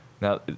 now